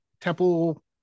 temple